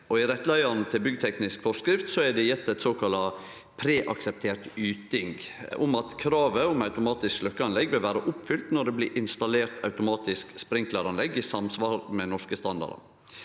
I rettleiaren til byggteknisk forskrift er det gjeve ei såkalla preakseptert yting om at kravet om automatisk sløkkeanlegg vil vere oppfylt når det blir installert automatisk sprinklaranlegg i samsvar med norske standardar.